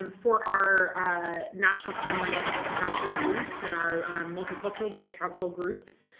um for our ah national pan-hellenic council groups and our multicultural greek council groups,